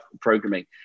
programming